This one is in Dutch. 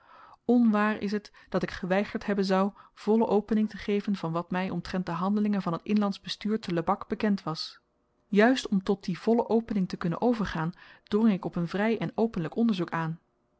onwaar is t dat ik geweigerd hebben zou volle opening te geven van wat mij omtrent de handelingen van het inlandsch bestuur te lebak bekend was juist om tot die volle opening te kunnen overgaan drong ik op n vry en openlyk onderzoek aan